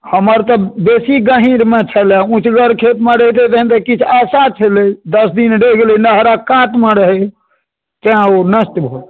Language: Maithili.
हमर तऽ बेसी गहीँरमे छलए ऊँचगर खेतमे रहितै तऽ किछु आशा छलै दस दिन रहि गेलै नहरक कातमे रहै तैँ ओ नष्ट भऽ गेलै